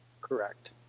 Correct